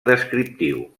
descriptiu